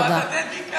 תודה.